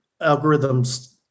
algorithms